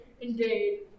indeed